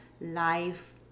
life